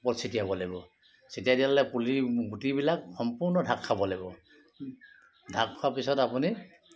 ওপৰত ছটিয়াব লাগিব ছটিয়াই দিয়া লগে লগে পুলি গুটিবিলাক সম্পূৰ্ন ঢাক খাব লাগিব ঢাক খোৱা পিছত আপুনি